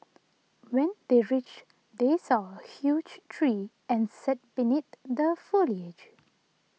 when they reached they saw a huge tree and sat beneath the foliage